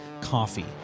coffee